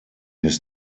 his